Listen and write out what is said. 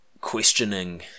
questioning